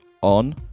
on